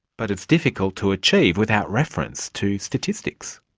but it's difficult to achieve without reference to statistics.